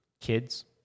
Kids